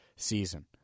season